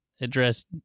address